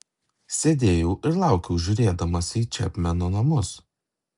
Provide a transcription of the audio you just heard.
sėdėjau ir laukiau žiūrėdamas į čepmeno namus